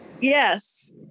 Yes